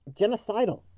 genocidal